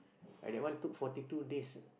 right that one took forty two days